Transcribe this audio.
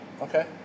Okay